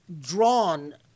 drawn